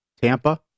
Tampa